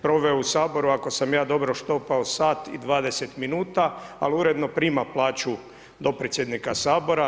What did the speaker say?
Proveo je u Saboru ako sam ja dobro štopao sat i 20 minuta, ali uredno prima plaću dopredsjednika Sabora.